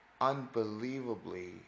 unbelievably